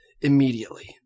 immediately